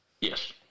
Yes